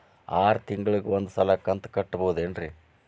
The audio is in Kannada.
ಆರ ತಿಂಗಳಿಗ ಒಂದ್ ಸಲ ಕಂತ ಕಟ್ಟಬಹುದೇನ್ರಿ?